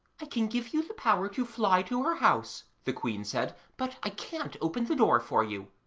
i can give you the power to fly to her house the queen said, but i can't open the door for you